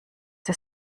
der